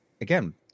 Again